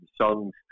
songs